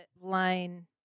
line